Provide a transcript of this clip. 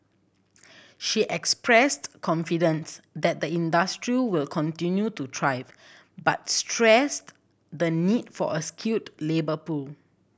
she expressed confidence that the industry will continue to thrive but stressed the need for a skilled labour pool